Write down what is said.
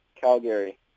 Calgary